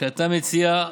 שאתה מציע,